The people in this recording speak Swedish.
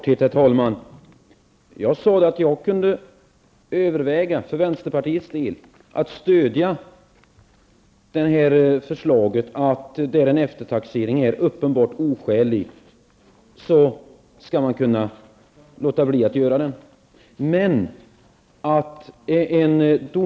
Herr talman! Jag sade att jag för vänsterpartiets del kunde överväga att stödja förslaget om att man när en eftertaxering är uppenbart oskälig skall kunna låta bli att göra denna.